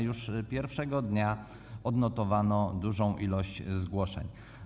Już pierwszego dnia odnotowano dużą ilość zgłoszeń.